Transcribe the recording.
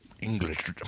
English